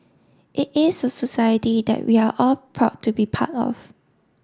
it is a society that we are all proud to be part of